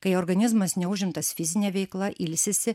kai organizmas neužimtas fizine veikla ilsisi